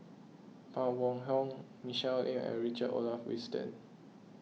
Phan Wait Hong Michelle Lim and Richard Olaf Winstedt